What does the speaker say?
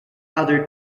other